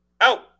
Out